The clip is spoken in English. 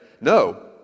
No